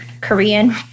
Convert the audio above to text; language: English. Korean